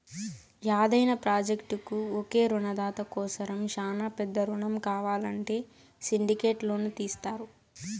యాదైన ప్రాజెక్టుకు ఒకే రునదాత కోసరం శానా పెద్ద రునం కావాలంటే సిండికేట్ లోను తీస్తారు